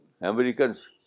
Americans